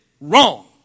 wrong